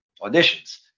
auditions